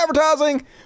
advertising